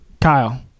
Kyle